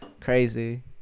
Crazy